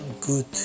good